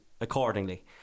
accordingly